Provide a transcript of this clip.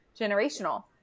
generational